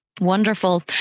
Wonderful